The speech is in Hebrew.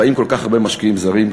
באים כל כך הרבה משקיעים זרים,